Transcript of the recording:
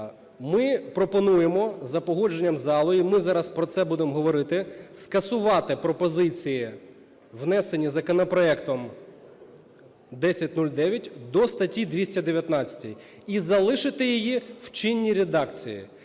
Ми пропонуємо, за погодженням зали, і ми зараз про це будемо говорити, скасувати пропозиції, внесені законопроектом 1009 до статті 219, і залишити її в чинній редакції,